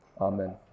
Amen